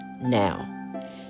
now